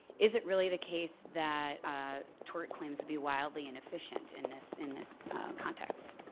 is it really the case that tort claims would be wildly inefficient in this in this context.